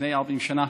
לפני 40 שנה,